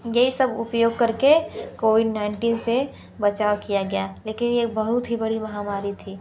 यह सब उपयोग करके कोविड नाइन्टीन से बचाव किया गया लेकिन यह बहुत ही बड़ी महामारी थी